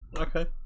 okay